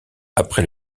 après